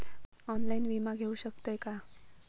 Online विमा घेऊ शकतय का?